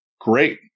great